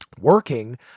working